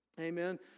Amen